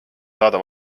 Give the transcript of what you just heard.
saada